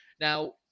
Now